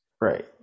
right